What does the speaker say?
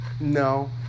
No